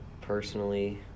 personally